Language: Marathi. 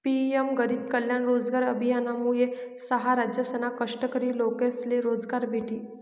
पी.एम गरीब कल्याण रोजगार अभियानमुये सहा राज्यसना कष्टकरी लोकेसले रोजगार भेटी